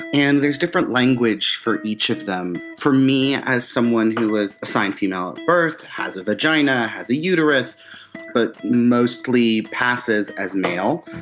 and there's different language for each of them. for me as someone who was assigned female at birth and has a vagina has a uterus but mostly passes as male,